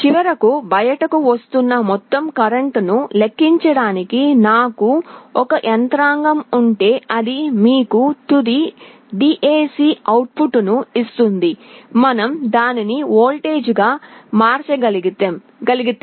చివరకు బయటకు వస్తున్న మొత్తం కరెంట్ను లెక్కించడానికి నాకు ఒక యంత్రాంగం ఉంటే అది మీకు తుది DAC అవుట్పుట్ను ఇస్తుంది మనం దానిని వోల్టేజ్గా మార్చగలిగితే